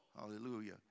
Hallelujah